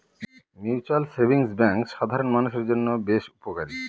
mutual savings bank সাধারন মানুষের জন্য বেশ উপকারী